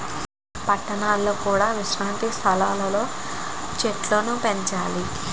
పట్టణాలలో కూడా విశ్రాంతి సాలలు లో చెట్టులను పెంచాలి